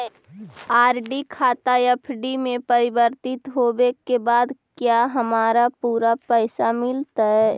RD खाता FD में परिवर्तित होवे के बाद क्या हमारा पूरे पैसे मिलतई